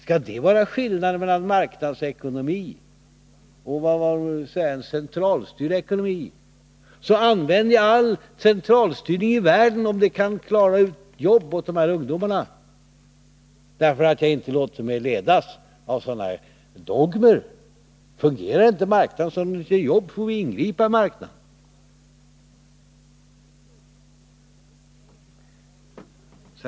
Skall det vara skillnaden mellan marknadsekonomi och centralstyrd ekonomi, så använder jag all centralstyrning i världen om det kan skapa jobb åt de här ungdomarna, för jag låter mig inte ledas av några dogmer. Fungerar inte marknaden så att den ger jobb, får vi ingripa i marknaden.